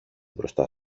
μπροστά